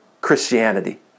Christianity